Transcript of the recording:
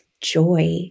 joy